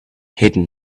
hidden